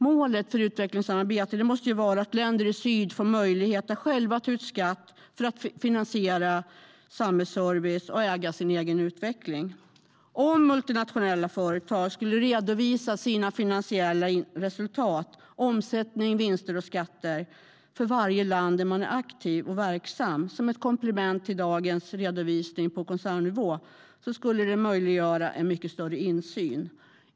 Målet för utvecklingssamarbetet måste vara att länder i syd får möjlighet att själva ta ut skatt för att finansiera samhällsservice och äga sin egen utveckling. Om multinationella företag skulle redovisa sina finansiella resultat, omsättning, vinster och skatter för varje land de är verksamma i som ett komplement till dagens redovisning på koncernnivå skulle det möjliggöra en mycket större insyn.